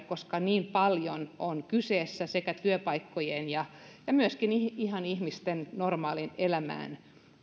koska niin paljon on kyseessä sekä työpaikat että myöskin puuttuminen ihan ihmisten normaaliin elämään